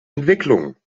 entwicklung